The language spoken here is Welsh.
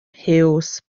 huws